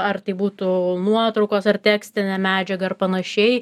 ar tai būtų nuotraukos ar tekstinę medžiagą ar panašiai